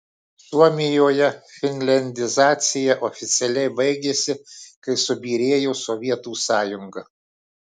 suomijoje finliandizacija oficialiai baigėsi kai subyrėjo sovietų sąjunga